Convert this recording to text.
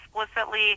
explicitly